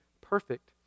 perfect